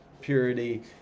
purity